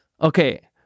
okay